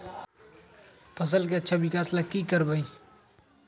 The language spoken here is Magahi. फसल के अच्छा विकास ला की करवाई?